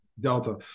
Delta